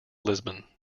lisbon